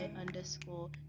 underscore